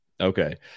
Okay